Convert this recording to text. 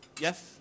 Yes